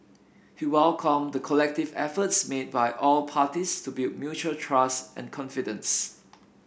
he welcomed the collective efforts made by all parties to build mutual trust and confidence